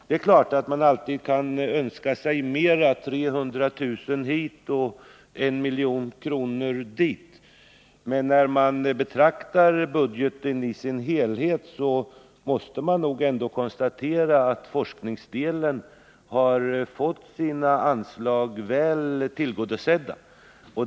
Det är klart att man alltid kan önska sig mera — 300 000 hit och 1 milj.kr. dit — men när man betraktar budgeten i dess helhet måste man ändå konstatera att forskningsdelen har fått sina anslagsönskemål väl tillgodosedda.